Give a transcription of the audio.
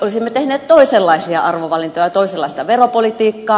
olisimme tehneet toisenlaisia arvovalintoja toisenlaista veropolitiikkaa